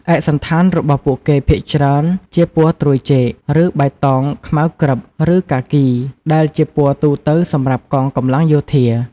ឯកសណ្ឋានរបស់ពួកគេភាគច្រើនជាពណ៌ត្រួយចេក ឬបៃតងខ្មៅក្រឹប ឬកាគី ដែលជាពណ៌ទូទៅសម្រាប់កងកម្លាំងយោធា។